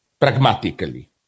Pragmatically